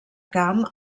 camp